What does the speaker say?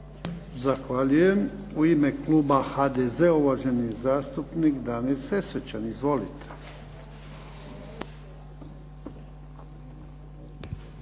Zahvaljujem. U ime kluba HDZ-a uvaženi zastupnik Damir Sesvečan. Izvolite.